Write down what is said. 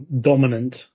dominant